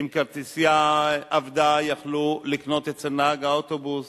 ואם כרטיסייה אבדה יכלו לקנות אצל נהג האוטובוס.